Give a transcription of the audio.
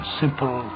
simple